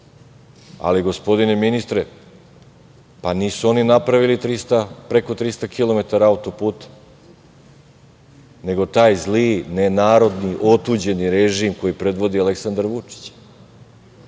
Ali, gospodine ministre, nisu oni napravili preko 300 kilometara auto-puta, nego taj zli, nenarodni, otuđeni režim koji predvodi Aleksandar Vučić. Ako